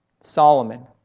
Solomon